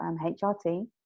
HRT